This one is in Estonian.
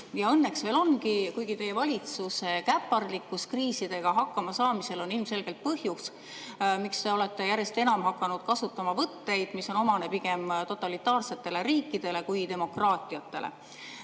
Ja õnneks veel ongi, kuigi teie valitsuse käpardlikkus kriisidega hakkamasaamisel on ilmselgelt põhjus, miks te olete järjest enam hakanud kasutama võtteid, mis on omased pigem totalitaarsetele riikidele kui demokraatiatele.